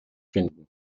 finden